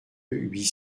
huit